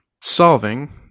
solving